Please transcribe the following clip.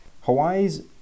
Hawaii's